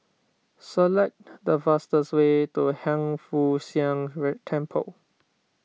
select the fastest way to Hiang Foo Siang Temple